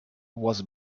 was